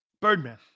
Birdman